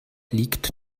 liegt